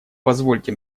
позвольте